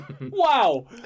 Wow